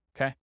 Okay